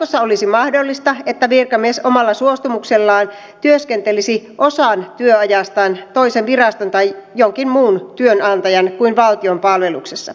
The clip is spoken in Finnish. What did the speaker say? jatkossa olisi mahdollista että virkamies omalla suostumuksellaan työskentelisi osan työajastaan toisen viraston tai jonkin muun työnantajan kuin valtion palveluksessa